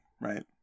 right